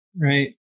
right